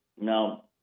Now